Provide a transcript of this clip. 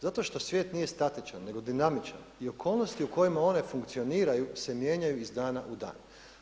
Zato što svijet nije statičan nego dinamičan i okolnosti u kojima one funkcioniraju se mijenjaju iz dana u dan.